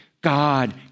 God